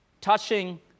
touching